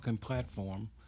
platform